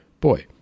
boy